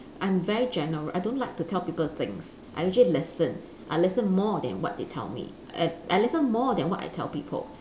I'm very general I don't like to tell people things I actually listen I listen more than what they tell me I I listen more than what I tell people